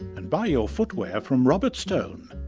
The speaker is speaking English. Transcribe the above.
and buy your footwear from robert stone,